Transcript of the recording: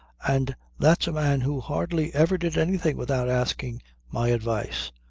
and that's a man who hardly ever did anything without asking my advice.